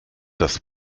das